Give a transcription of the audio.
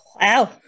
wow